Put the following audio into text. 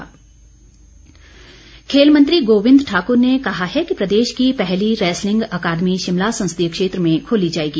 wrestling खेल मंत्री गोविंद ठाकुर ने कहा है कि प्रदेश की पहली रैसलिंग अकादमी शिमला संसदीय क्षेत्र में खोली जाएगी